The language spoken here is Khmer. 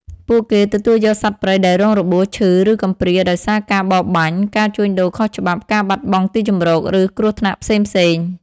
ពួកគេទទួលយកសត្វព្រៃដែលរងរបួស ឈឺ ឬកំព្រាដោយសារការបរបាញ់ ការជួញដូរខុសច្បាប់ ការបាត់បង់ទីជម្រក ឬគ្រោះថ្នាក់ផ្សេងៗ។